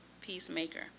peacemaker